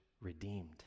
redeemed